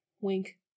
Wink